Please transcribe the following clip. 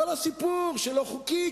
כל הסיפור של לא חוקי,